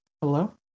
Hello